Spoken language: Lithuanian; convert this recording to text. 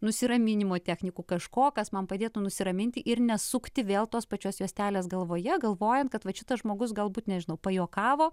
nusiraminimo technikų kažko kas man padėtų nusiraminti ir nesukti vėl tos pačios juostelės galvoje galvojant kad vat šitas žmogus galbūt nežinau pajuokavo